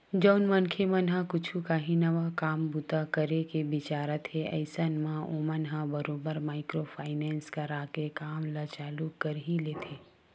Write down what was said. जउन मनखे मन ह कुछ काही नवा काम बूता करे के बिचारत हे अइसन म ओमन ह बरोबर माइक्रो फायनेंस करा के काम ल चालू कर ही लेथे